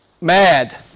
mad